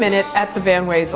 minute at the van ways